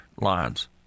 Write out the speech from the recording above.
lines